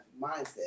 mindset